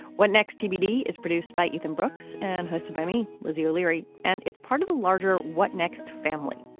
what next tbd is produced by ethan brooks and hosted by me lizzie o'leary and it's part of the larger what next family.